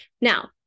Now